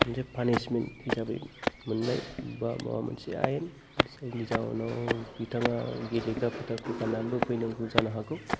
मोनसे पानिसमेन्ट हिसाबै मोननाय बा माबा मोनसे आयेन जायनि जाहोनाव बिथाङा गेलेग्रा फोथारखौ गारनानैबो फैनांगौ जानो हागौ